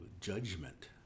judgment